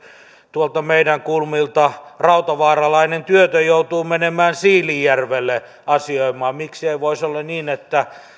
tuolta meidän kulmilta rautavaaralainen työtön joutuu menemään siilinjärvelle asioimaan miksi ei voisi olla niin että